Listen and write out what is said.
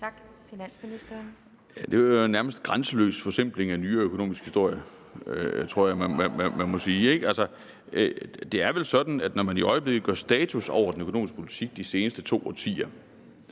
Det var jo en nærmest grænseløs forsimpling af nyere økonomisk historie, tror jeg man må sige. Altså, det er vel sådan, at når der i øjeblikket gøres status over den økonomiske politik de seneste to årtier,